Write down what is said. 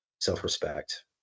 self-respect